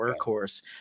workhorse